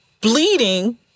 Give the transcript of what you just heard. bleeding